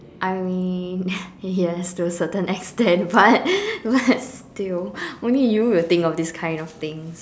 I mean yes to a certain extent but but I think you only you will think of this kind of thing